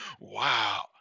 Wow